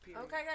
Okay